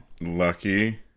Lucky